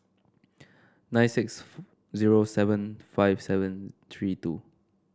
nine six zero seven five seven three two